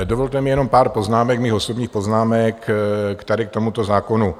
Dovolte mi jenom pár poznámek, mých osobních poznámek, tady k tomuto zákonu.